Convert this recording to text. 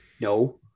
No